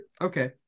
Okay